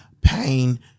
pain